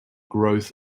growth